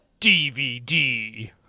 DVD